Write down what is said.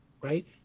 right